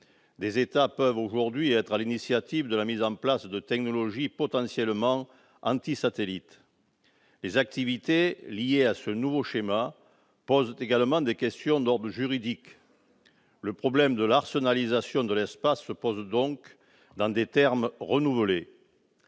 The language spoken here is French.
des États peuvent aujourd'hui être à l'initiative de la mise en place de technologies potentiellement antisatellites. Les activités liées à ce nouveau schéma posent également des questions d'ordre juridique. Le problème de l'« arsenalisation » de l'espace se pose donc en des termes renouvelés.